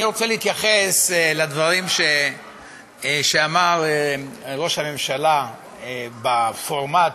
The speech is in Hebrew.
אני רוצה להתייחס לדברים שאמר ראש הממשלה בפורמט,